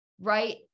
right